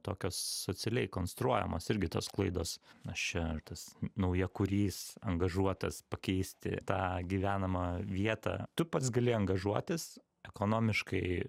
tokios socialiai konstruojamos irgi tos klaidos aš čia ar tas naujakurys angažuotas pakeisti tą gyvenamą vietą tu pats gali angažuotis ekonomiškai